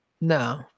No